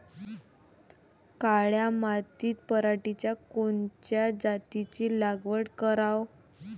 काळ्या मातीत पराटीच्या कोनच्या जातीची लागवड कराव?